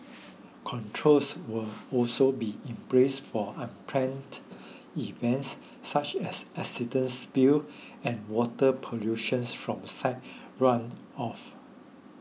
controls will also be in place for unplanned events such as accidents spills and water pollution from site runoff